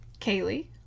Kaylee